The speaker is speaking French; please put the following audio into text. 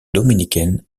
dominicaine